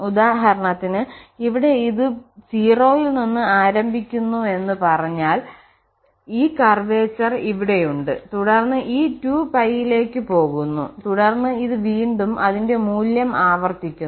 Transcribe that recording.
ഉദാഹരണത്തിന് ഇവിടെ ഇത് 0 ൽ നിന്ന് ആരംഭിക്കുന്നുവെന്ന് പറഞ്ഞാൽ ഈ കർവേചർ ഇവിടെയുണ്ട് തുടർന്ന് ഈ 2π ലേക്ക് പോകുന്നു തുടർന്ന് ഇത് വീണ്ടും അതിന്റെ മൂല്യം ആവർത്തിക്കുന്നു